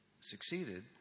succeeded